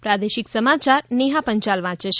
પ્રાદેશિક સમાચાર નેહા પંચાલ વાંચે છે